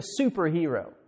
superhero